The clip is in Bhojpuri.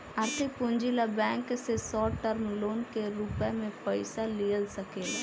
आर्थिक पूंजी ला बैंक से शॉर्ट टर्म लोन के रूप में पयिसा लिया सकेला